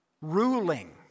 ruling